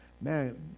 man